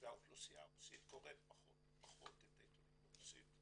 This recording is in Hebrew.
והאוכלוסייה הרוסית קוראת פחות ופחות את העיתונים ברוסית,